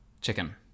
chicken